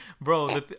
Bro